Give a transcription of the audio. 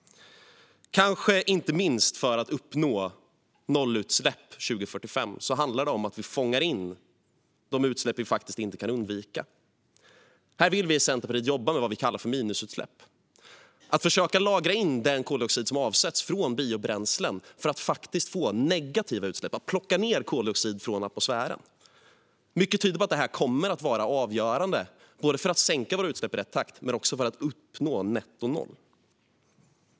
Kanske inte minst för att uppnå nollutsläpp 2045 handlar det om att fånga in de utsläpp som vi inte kan undvika. Här vill vi i Centerpartiet jobba med vad vi kallar för minusutsläpp, det vill säga att plocka ned koldioxid från atmosfären och försöka lagra in den koldioxid som avsätts från biobränslen för att faktiskt få negativa utsläpp. Mycket tyder på att det här kommer att vara avgörande både för att sänka våra utsläpp i rätt och för att uppnå netto noll.